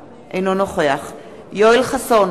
אינה נוכחת ג'מאל זחאלקה, אינו נוכח יואל חסון,